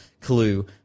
clue